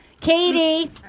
Katie